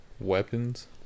Weapons